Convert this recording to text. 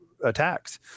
Attacks